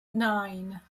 nine